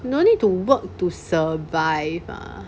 no need to work to survive ah